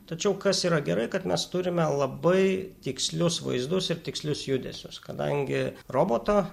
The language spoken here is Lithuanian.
tačiau kas yra gerai kad mes turime labai tikslius vaizdus ir tikslius judesius kadangi roboto